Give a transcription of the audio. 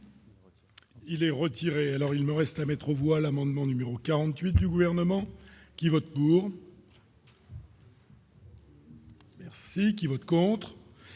Il est retiré, alors il me reste à mettre au voile amendement numéro 48 du gouvernement qui vote pour. Merci qui vote contre.